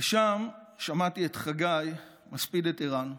ושם שמעתי את חגי מספיד את ארן.